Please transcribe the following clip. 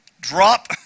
Drop